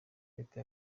leta